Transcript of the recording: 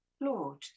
Lord